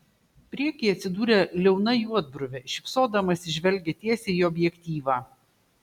priekyje atsidūrė liauna juodbruvė šypsodamasi žvelgė tiesiai į objektyvą